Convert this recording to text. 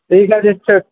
ঠিক আছে চল